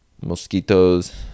mosquitoes